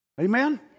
Amen